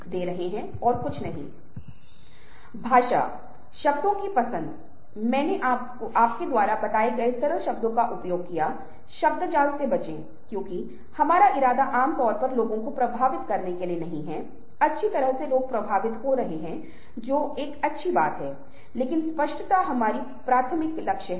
इसलिए नई अवधारणाओं को सीखना social media social network multimedia e learning और शिक्षाशास्त्र हाइपरमीडिया हम इनमें से कुछ अवधारणाओं से निपटेंगे क्योंकि अब वे संचार और नरम कौशल के संदर्भ में प्रासंगिक हो गए हैं